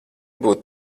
būt